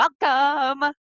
welcome